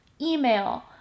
email